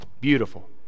beautiful